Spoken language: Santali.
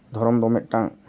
ᱫᱷᱚᱨᱚᱢ ᱫᱚ ᱢᱤᱫᱴᱟᱱ